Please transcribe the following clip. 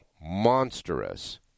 monstrous